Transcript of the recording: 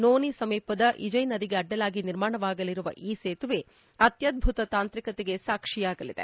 noni ಸಮೀಪದ ಇಜಯ್ ನದಿಗೆ ಅಡ್ಡಲಾಗಿ ನಿರ್ಮಾಣವಾಗಲಿರುವ ಈ ಸೇತುವೆ ಅತ್ಯದ್ಬುತ ತಾಂತ್ರಿಕತೆಗೆ ಸಾಕ್ವಿಯಾಗಲಿದೆ